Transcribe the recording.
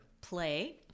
play